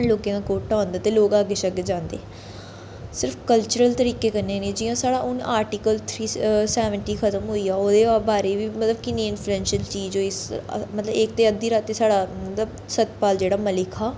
लोकें दा कोटा होंदा ते लोक अग्गें छग्गे जांदे सिर्फ कल्चरल तरीके कन्नै नेईं जियां साढ़ा हून आर्टीकल थ्री सैबनटी खतम होई गेआ ओह्दे बारे बी मतलब किन्नी इन्फ़्लुएन्शल चीज होई मतलब इक ते अद्धी रातीं साढ़ा सत्तपाल जेह्ड़ा मलिक हा